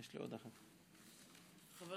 חבר